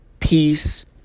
peace